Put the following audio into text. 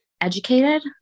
educated